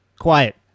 quiet